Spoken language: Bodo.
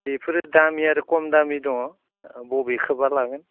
बेफोरो दामि आरो खम दामि दङ बबेखोबा लागोन